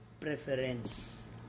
preference